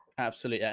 absolutely. and